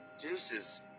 juices